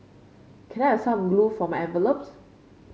can I have some glue for my envelopes